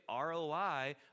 ROI